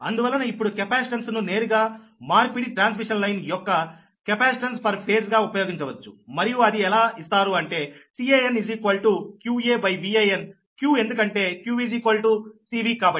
అందువలన ఇప్పుడు కెపాసిటెన్స్ ను నేరుగా మార్పిడి ట్రాన్స్మిషన్ లైన్ యొక్క కెపాసిటెన్స్ పర్ ఫేజ్ గా ఉపయోగించవచ్చు మరియు అది ఎలా ఇస్తారు అంటే Can qaVan q ఎందుకంటే q C Vకాబట్టి